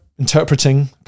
interpreting